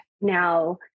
Now